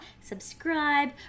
Subscribe